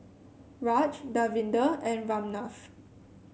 Raj Davinder and Ramnath